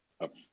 up